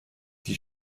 die